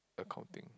accounting